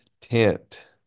tent